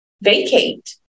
vacate